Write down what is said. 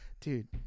Dude